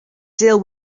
deal